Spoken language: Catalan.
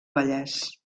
vallès